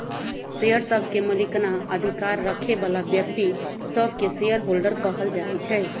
share सभके मलिकना अधिकार रखे बला व्यक्तिय सभके शेयर होल्डर कहल जाइ छइ